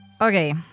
Okay